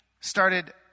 started